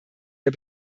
der